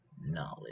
knowledge